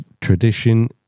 tradition